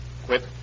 Quit